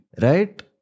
Right